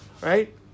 Right